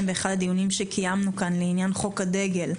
באחד הדיונים שקיימנו כאן לעניין חוק הדגל,